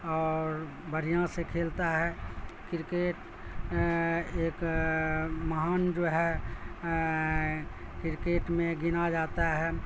اور بڑھیا سے کھیلتا ہے کرکٹ ایک مہان جو ہے کرکٹ میں گنا جاتا ہے